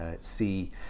see